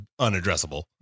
unaddressable